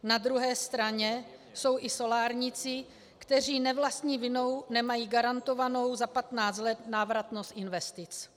Na druhé straně jsou i solárníci, kteří ne vlastní vinou nemají garantovanou za 15 let návratnost investic.